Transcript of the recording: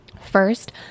First